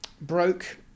broke